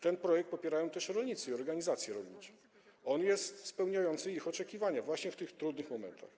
Ten projekt popierają też rolnicy i organizacje rolnicze, bo on spełnia ich oczekiwania, właśnie w tych trudnych momentach.